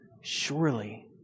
Surely